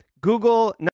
Google